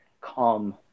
calm